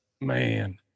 Man